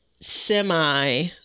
semi